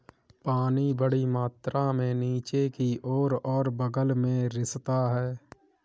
पानी बड़ी मात्रा में नीचे की ओर और बग़ल में रिसता है